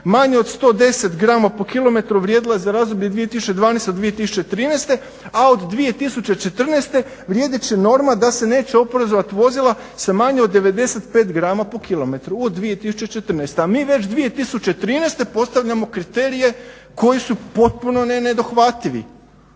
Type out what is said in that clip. manje od 110 grama po kilometru vrijedilo je za razdoblje od 2012. do 2013. a od 2014. vrijedit će norma da se neće oporezovati vozila sa manje od 95 grama po kilometru u 2014., a mi već 2013. postavljamo kriterije koji su potpuno nedohvativi.